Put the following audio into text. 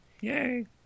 Yay